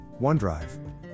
OneDrive